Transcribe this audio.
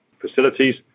facilities